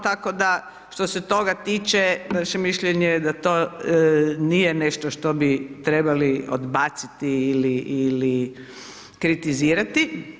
Tako da što se toga tiče vaše mišljenje je da to nije nešto što bi trebali odbaciti ili kritizirati.